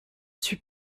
suis